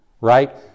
right